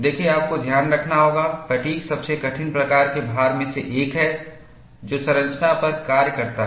देखें आपको ध्यान रखना होगा फ़ैटिग् सबसे कठिन प्रकार के भार में से एक है जो संरचना पर कार्य करता है